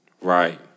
Right